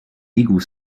eagle